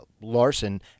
Larson –